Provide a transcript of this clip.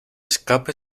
escape